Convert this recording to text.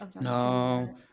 No